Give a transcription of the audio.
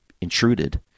intruded